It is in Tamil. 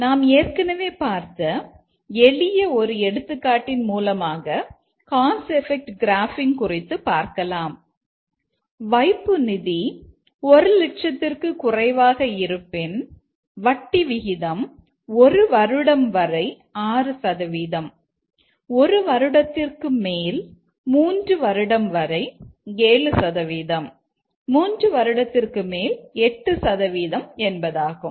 நாம் ஏற்கனவே பார்த்த எளிய ஒரு எடுத்துக்காட்டின் மூலமாக காஸ் எபெக்ட் கிராஃப்பிங் குறித்து பார்க்கலாம் வைப்பு நிதி 100000 குறைவாக இருப்பின் வட்டி விகிதம் ஒரு வருடம் வரை 6 சதவீதம் 1 வருடத்திற்கு மேல் 3 வருடம் வரை 7 சதவீதம் 3 வருடத்திற்கு மேல் 8 சதவீதம் என்பதாகும்